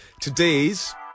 today's